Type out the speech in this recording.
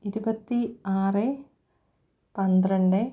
ഇരുപത്തി ആറ് പന്ത്രണ്ട്